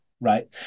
right